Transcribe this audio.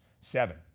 seven